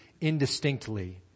indistinctly